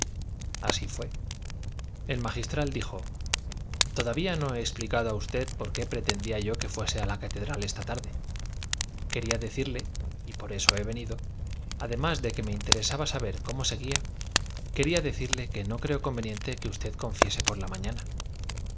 así fue el magistral dijo todavía no he explicado a usted por qué pretendía yo que fuese a la catedral esta tarde quería decirle y por eso he venido además de que me interesaba saber cómo seguía quería decirle que no creo conveniente que usted confiese por la mañana